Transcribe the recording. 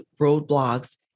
roadblocks